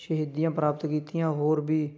ਸ਼ਹੀਦੀਆਂ ਪ੍ਰਾਪਤ ਕੀਤੀਆਂ ਹੋਰ ਵੀ